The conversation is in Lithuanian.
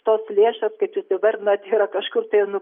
tos lėšos kaip ir dabar na tai yra kažkur tai nu